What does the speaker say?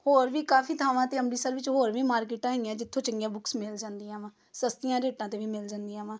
ਹੋਰ ਵੀ ਕਾਫੀ ਥਾਵਾਂ 'ਤੇ ਅੰਮ੍ਰਿਤਸਰ ਵਿੱਚ ਹੋਰ ਵੀ ਮਾਰਕੀਟਾਂ ਹੈਗੀਆਂ ਜਿੱਥੋਂ ਚੰਗੀਆਂ ਬੁੱਕਸ ਮਿਲ ਜਾਂਦੀਆਂ ਵਾ ਸਸਤੀਆਂ ਰੇਟਾਂ 'ਤੇ ਵੀ ਮਿਲ ਜਾਂਦੀਆਂ ਵਾ